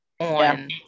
on